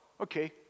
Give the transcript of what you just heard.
Okay